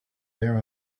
there